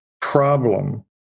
problem